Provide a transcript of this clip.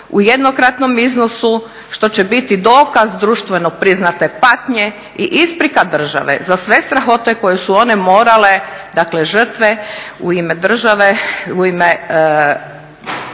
u jednokratnom iznosu što će biti dokaz društveno priznate patnje i isprika države za sve strahote koje su one morale, dakle žrtve, u ime države, u ime